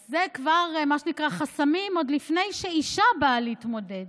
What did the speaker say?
אז זה כבר מה שנקרא חסמים עוד לפני שאישה באה להתמודד.